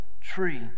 tree